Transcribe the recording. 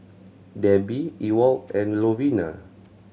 Debby Ewald and Lovina